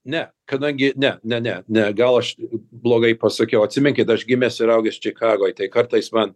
ne kada gi ne ne ne ne gal aš blogai pasakiau atsiminkit aš gimęs ir augęs čikagoj tai kartais man